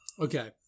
Okay